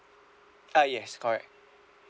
ah yes correct